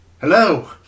Hello